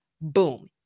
Boom